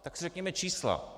Tak si řekněme čísla.